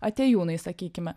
atėjūnai sakykime